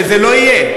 זה לא יהיה.